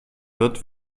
wird